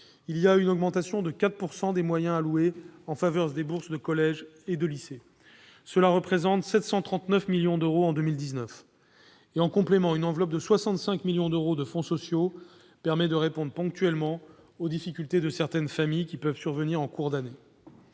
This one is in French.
Une augmentation de 4 % des moyens alloués en faveur des bourses de collège et de lycée est prévue. Cela représentera 739 millions d'euros en 2019. En complément, une enveloppe de 65 millions d'euros de fonds sociaux permettra de répondre ponctuellement aux difficultés de certaines familles qui peuvent survenir en cours d'année.